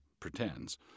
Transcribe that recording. pretends